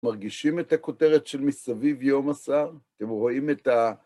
מרגישים את הכותרת של מסביב יום עשר? אתם רואים את ה...